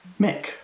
Mick